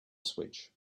switch